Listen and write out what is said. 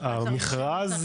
המכרז?